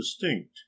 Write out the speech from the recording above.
distinct